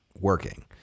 working